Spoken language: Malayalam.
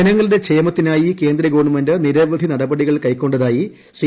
ജനങ്ങളുടെ ക്ഷേമ ത്തിനായി കേന്ദ്ര ഗവൺമെന്റ് നിരവധി നടപടികൾ കൈക്കൊണ്ട തായി ശ്രീ